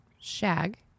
Shag